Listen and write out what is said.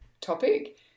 topic